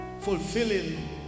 fulfilling